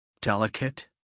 Delicate